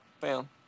bam